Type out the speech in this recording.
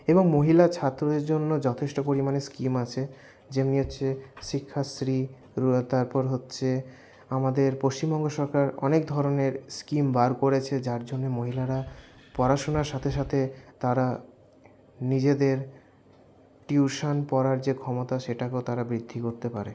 এবং মহিলা ছাত্রদের জন্য যথেষ্ট পরিমাণে স্কিম আছে যেমনি হচ্ছে শিক্ষাশ্রী তারপর হচ্ছে আমাদের পশ্চিমবঙ্গ সরকার অনেক ধরনের স্কিম বার করেছে যার জন্যে মহিলারা পড়াশুনার সাথে সাথে তারা নিজেদের টিউশন পড়ার যে ক্ষমতা সেটাকেও তারা বৃদ্ধি করতে পারে